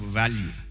value